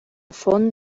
font